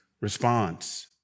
response